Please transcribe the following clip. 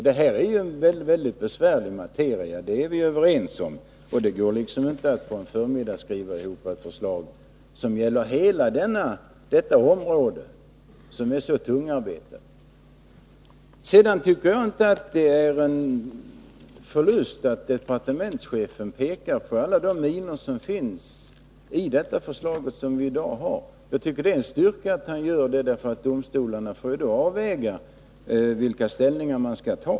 Detta är en väldigt besvärlig materia — det är vi överens om — och det går inte att på en förmiddag skriva ut ett förslag, som gäller hela detta område som är så tungarbetat. Det är ingen förlust att departementschefen pekar på alla de minor som finns i det förslag som vi i dag har. Jag tycker att det är en styrka att han gör det. Domstolarna får då avgöra vilka ställningar de skall ta.